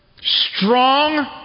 strong